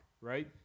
Right